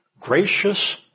gracious